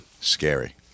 Scary